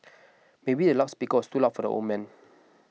maybe the loud speaker was too loud for the old man